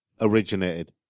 originated